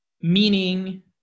meaning